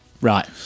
Right